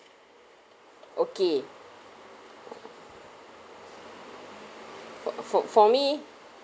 okay for for for me